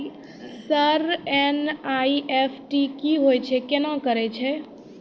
Sir NEFT की होय छै, केना करे छै?